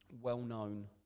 well-known